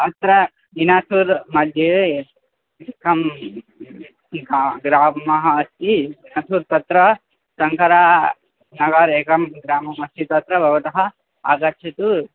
अत्र विनासूर् मध्ये एकः ग्रामः ग्रामः अस्ति अस्तु तत्र शङ्करः नगरम् एकः ग्रामः अस्ति तत्र भवान् आगच्छतु